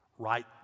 right